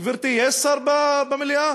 גברתי, יש שר במליאה?